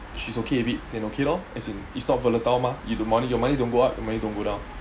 she's okay with it then okay lor as in it's not volatile mah you~ your money don't go up your money don't go down